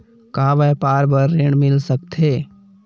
का व्यापार बर ऋण मिल सकथे?